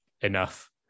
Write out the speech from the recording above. enough